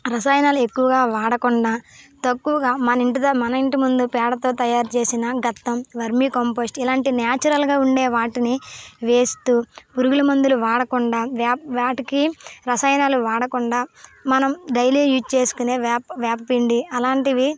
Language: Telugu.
రసాయనాలు ఎక్కువగా వాడకుండా తక్కువగా మన ఇంటిదగ్గర మన ఇంటి ముందు పేడతో తయారుచేసిన ఘట్టం వర్మీకంపోస్ట్ ఇలాంటి న్యాచురల్గా ఉండే వాటిని వేస్తూ పురుగుల మందులు వాడకుండా వేట వాటికి రసాయనాలు వాడకుండా మనం డైలీ యూజ్ చేసుకొనే వేప వేపపిండి అలాంటివి